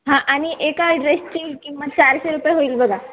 हां आणि एका ड्रेसची किंमत चारशे रुपये होईल बघा